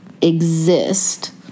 exist